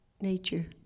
nature